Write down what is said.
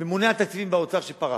ממונה על תקציבים באוצר שפרש,